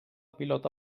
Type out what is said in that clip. pilota